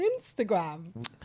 Instagram